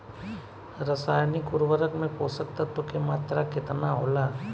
रसायनिक उर्वरक मे पोषक तत्व के मात्रा केतना होला?